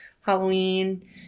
Halloween